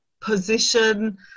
position